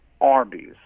Arby's